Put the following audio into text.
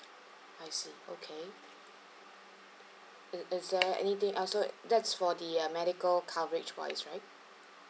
I see okay it it's there anything else would that's for the a medical coverage wise right